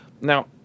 Now